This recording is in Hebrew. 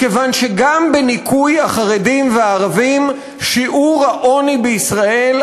כיוון שגם בניכוי החרדים והערבים שיעור העוני בישראל,